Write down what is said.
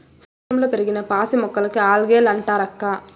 సముద్రంలో పెరిగిన పాసి మొక్కలకే ఆల్గే లంటారక్కా